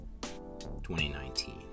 2019